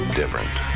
different